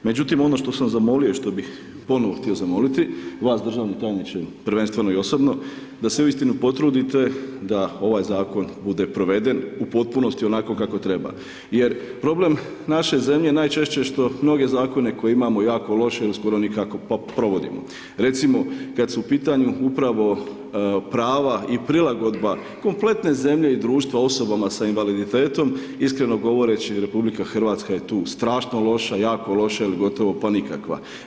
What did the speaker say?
Međutim ono što sam zamolio i što bih ponovno htio zamoliti vaš državni tajniče prvenstveno i osobno da se uistinu potrudite da ovaj zakon bude proveden u potpunosti onako kako treba jer problem naše zemlje najčešće je što mnoge zakone koje imamo jako loše ili skoro nikako provodimo, recimo, kad su u pitanju upravo prava i prilagodbe kompletne zemlje i društva osobama sa invaliditetom, iskreno govoreći, RH je tu strašno loša, jako loša ili gotovo pa nikakva.